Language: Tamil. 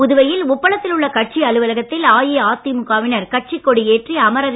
புதுவையில் உப்பளத்தில் உள்ள கட்சி அலுவலகத்தில் அஇஅதிமுக வினர் கட்சி கொடி ஏற்றி அமரர்